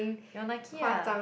your Nike ah